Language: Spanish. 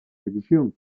división